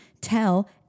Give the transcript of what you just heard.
tell